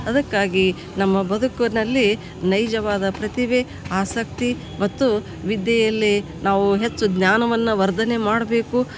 ಅದಕ್ಕಾಗಿ ನಮ್ಮ ಬದುಕಿನಲ್ಲಿ ನೈಜವಾದ ಪ್ರತಿಭೆ ಆಸಕ್ತಿ ಮತ್ತು ವಿದ್ಯೆಯಲ್ಲಿ ನಾವು ಹೆಚ್ಚು ಜ್ಞಾನವನ್ನು ವರ್ಧನೆ ಮಾಡಬೇಕು